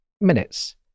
minutes